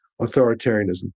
authoritarianism